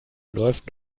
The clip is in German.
läuft